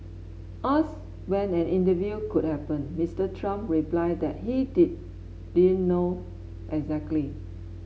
asked when an interview could happen Mister Trump replied that he didn't know exactly